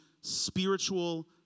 spiritual